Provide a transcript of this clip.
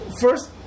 First